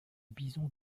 bison